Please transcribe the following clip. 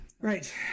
Right